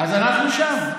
אז אנחנו שם.